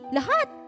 Lahat